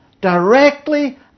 directly